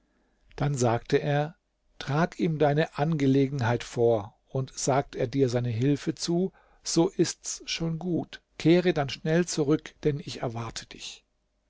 dann sagte er trag ihm deine angelegenheit vor und sagt er dir seine hilfe zu so ist's schon gut kehre dann schnell zurück denn ich erwarte dich